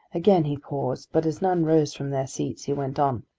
again he paused, but as none rose from their seats he went on,